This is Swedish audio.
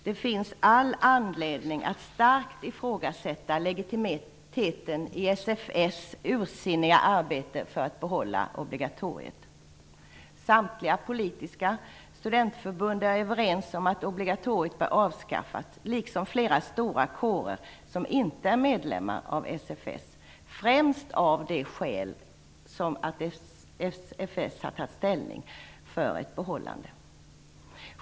Det finns all anledning att starkt ifrågasätta legitimiteten i SFS ursinniga arbete för att behålla obligatoriet. Samtliga politiska studentförbund är överens om att obligatoriet bör avskaffas. Det gäller också flera stora kårer som inte är medlemmar av SFS, främst av det skälet att SFS har tagit ställning för ett behållande av obligatoriet.